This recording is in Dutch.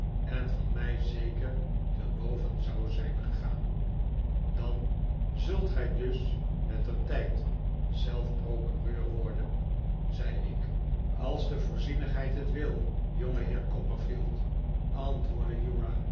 en van mij zeker te boven zou zijn gegaan dan zult gij dus mettertijd zelf procureur worden zei ik als de vooizienigheid het wil jongeheer copperfield antwoordde